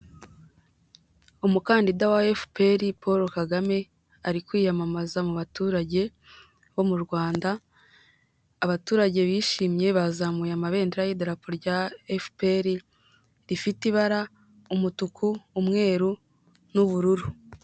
Umukandida wa Efuperi Paul Kagame ari kwiyamamaza mu baturage bo mu Rwanda, abaturage bishimye bazamuye amabendera y'idarapo rya Efuperi rifite ibara umutuku, umweru n'ubururu.